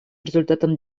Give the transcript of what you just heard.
результатом